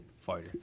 fighter